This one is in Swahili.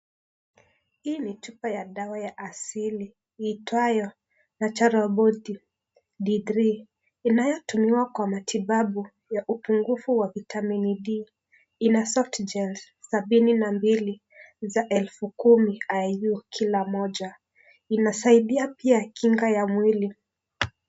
Hii ni chupa ya dawa ya asili, iitwayo, (cs) natural body,D3(cs), inayo tumiwa kwa matibabu, ya upungufu wa vitamini D, ina (cs)softigens(cs), sabini na mbili, elfu kumi IU kila moja, inasaidia pia kinga ya mwili.